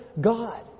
God